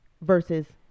versus